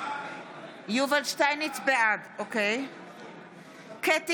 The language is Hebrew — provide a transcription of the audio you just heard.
בעד קטי